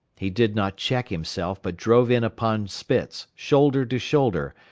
he did not check himself, but drove in upon spitz, shoulder to shoulder,